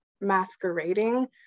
masquerading